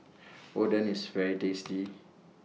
Oden IS very tasty